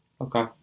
Okay